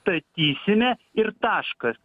statysime ir taškas